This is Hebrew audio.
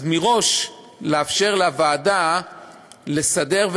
מראש לאפשר לוועדה לסדר,